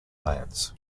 lands